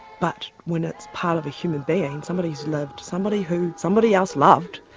but when it's part of a human being, somebody who's lived, somebody who somebody else loved,